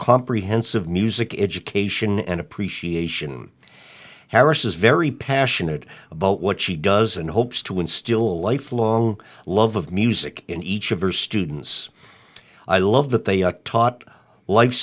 comprehensive music education and appreciation harris is very passionate about what she does and hopes to instill a lifelong love of music in each of her students i love that they are taught life